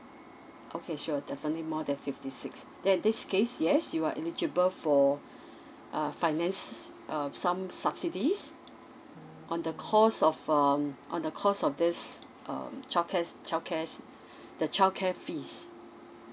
okay sure definitely more than fifty six then in this case yes you are eligible for uh finance uh some subsidies on the cost of um on the cause of this um childcare childcare s~ the childcare fees